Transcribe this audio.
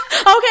Okay